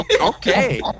okay